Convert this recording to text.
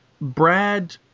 Brad –